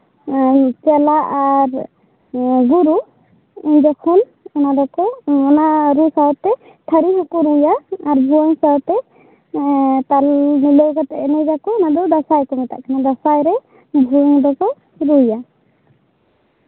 ᱪᱮᱞᱟ ᱟᱨ ᱜᱩᱨᱩ ᱩᱱᱡᱚᱠᱷᱚᱱ ᱚᱱᱟ ᱫᱚᱠᱚ ᱚᱱᱟ ᱨᱩ ᱥᱟᱶᱛᱮ ᱛᱷᱟᱹᱨᱤ ᱦᱚᱸᱠᱚ ᱨᱩᱭᱟ ᱟᱨ ᱵᱷᱟᱩᱣᱟᱹᱝ ᱥᱟᱶᱛᱮ ᱛᱟᱞ ᱢᱤᱞᱟᱹᱣ ᱠᱟᱛᱮᱜ ᱮᱱᱮᱡ ᱟᱠᱚ ᱚᱱᱟ ᱫᱚ ᱫᱟᱸᱥᱟᱭ ᱠᱚ ᱢᱮᱛᱟᱜ ᱠᱟᱱᱟ ᱫᱟᱸᱥᱟᱭᱨᱮ ᱵᱷᱩᱣᱟᱹᱝ ᱫᱚᱠᱚ ᱨᱩᱭᱟ